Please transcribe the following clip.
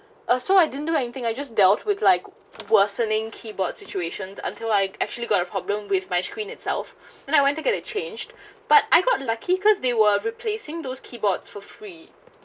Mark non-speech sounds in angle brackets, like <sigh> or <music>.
uh so I didn't do anything I just dealt with like worsening keyboard situations until I actually got a problem with my screen itself <breath> and I went to get a changed but I got lucky cause they were replacing those keyboards for free